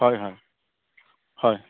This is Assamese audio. হয় হয় হয়